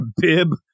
bib